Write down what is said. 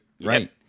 right